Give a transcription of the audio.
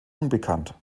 unbekannt